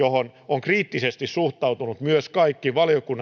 ovat kriittisesti suhtautuneet myös kaikki